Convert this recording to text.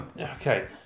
Okay